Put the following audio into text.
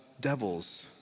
devils